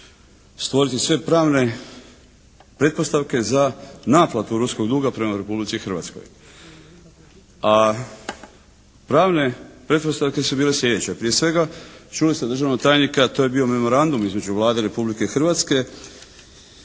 stvoriti sve pravne pretpostavke za naplatu ruskog duga prema Republici Hrvatskoj. A pravne pretpostavke su bile sljedeće: prije svega čuli ste od državnog tajnika, to je bio memorandum između Vlade Republike Hrvatske